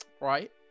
Right